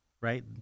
right